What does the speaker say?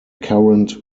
current